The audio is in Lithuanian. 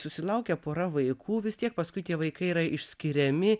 susilaukia pora vaikų vis tiek paskui tie vaikai yra išskiriami